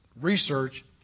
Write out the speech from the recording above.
research